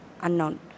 unknown